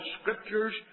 Scriptures